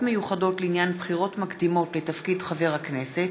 מיוחדות לעניין בחירות מקדימות לתפקיד חבר הכנסת),